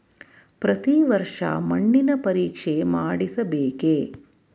ಪ್ರತಿ ವರ್ಷ ಮಣ್ಣಿನ ಪರೀಕ್ಷೆ ಮಾಡಿಸಬೇಕೇ?